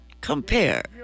Compare